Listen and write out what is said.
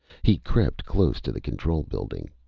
he crept close to the control building.